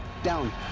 down.